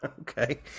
Okay